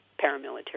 paramilitary